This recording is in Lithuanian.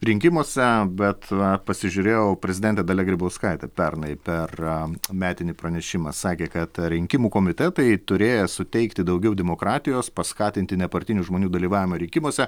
rinkimuose bet va pasižiūrėjau prezidentė dalia grybauskaitė pernai per metinį pranešimą sakė kad rinkimų komitetai turėję suteikti daugiau demokratijos paskatinti nepartinių žmonių dalyvavimą rinkimuose